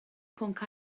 pwnc